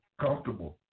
Comfortable